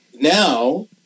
Now